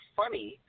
funny